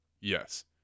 yes